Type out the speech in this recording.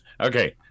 Okay